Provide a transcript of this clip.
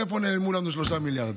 לאן נעלמו לנו 3 מיליארד?